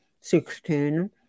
sixteen